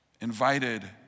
invited